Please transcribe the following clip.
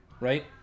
right